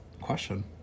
question